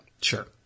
sure